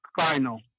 final